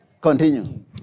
Continue